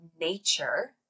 nature